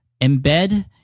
embed